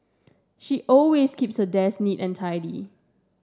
she always keeps her desk neat and tidy